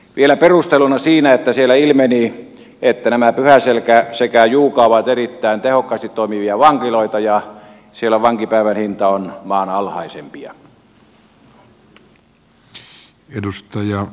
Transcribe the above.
vielä perusteluna että siellä ilmeni että nämä pyhäselkä sekä juuka ovat erittäin tehokkaasti toimivia vankiloita ja siellä vankipäivän hinta on maan alhaisimpia